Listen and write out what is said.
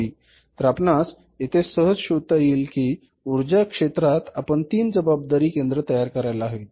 तर आपणास येथे सहज शोधात येईल कि ऊर्जा क्षेत्रात आपण 3 जबाबदारी केंद्र तयार करायला हवीत